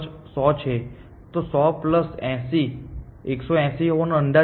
તો 100 પ્લસ 80 180 હોવાનો અંદાજ છે